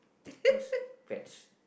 cause pets